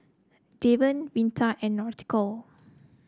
Deven Vita and Nautica